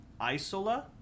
Isola